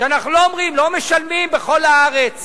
שאנחנו לא אומרים, לא משלמים בכל הארץ